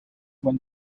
when